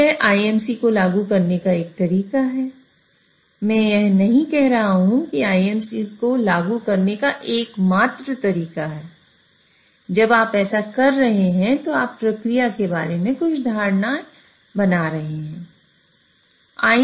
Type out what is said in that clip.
तो यह IMC को लागू करने का एक तरीका है मैं यह नहीं कह रहा हूं कि IMC को लागू करने का एकमात्र तरीका है जब आप ऐसा कर रहे हैं तो आप प्रक्रिया के बारे में कुछ धारणाएं बना रहे हैं